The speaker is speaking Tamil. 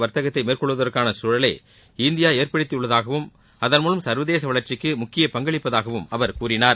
வர்த்தகத்தை மேற்கொள்வதற்கான கழுகமான நட்புரீதியிலான குழலை இந்தியா ஏற்படுத்தியுள்ளதாகவும் அதன்மூலம் சர்வதேச வளர்ச்சிக்கு முக்கிய பங்களிப்பதாகவும் அவர் கூறினார்